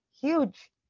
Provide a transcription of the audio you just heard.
huge